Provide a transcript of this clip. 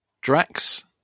Drax